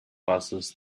passes